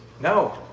No